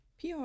PR